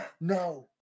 No